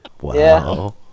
Wow